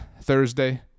Thursday